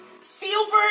silver